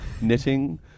knitting